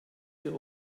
der